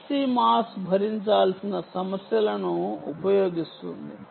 HCMOS భరించాల్సిన సమస్యలను ఉపయోగిస్తుంది